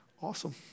Awesome